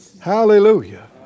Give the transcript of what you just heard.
Hallelujah